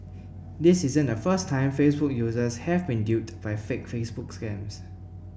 this isn't the first time Facebook users have been duped by fake Facebook scams